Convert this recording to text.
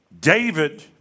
David